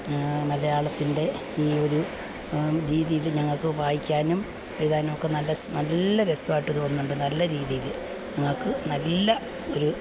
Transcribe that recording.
മലയാളത്തിന്റെ ഈ ഒരു രീതിയിൽ ഞങ്ങൾക്ക് വായിക്കാനും എഴുതാനും ഒക്കെ നല്ല സ് നല്ല രസമായിട്ട് തോന്നുന്നുണ്ട് നല്ല രീതിയിൽ ഞങ്ങൾക്ക് നല്ല ഒരു